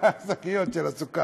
לשקיות של סוכר.